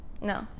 no